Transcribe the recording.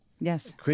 Yes